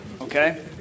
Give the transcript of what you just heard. okay